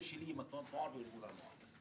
שלי עם תנועות הנוער וארגוני הנוער.